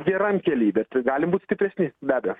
geram kely bet galim būt stipresni be abejo